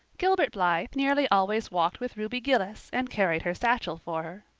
gilbert blythe nearly always walked with ruby gillis and carried her satchel for